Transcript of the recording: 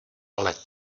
ale